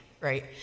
right